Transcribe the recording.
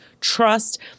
trust